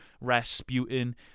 Rasputin